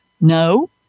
No